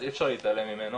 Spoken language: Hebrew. אז אי אפשר להתעלם ממנו.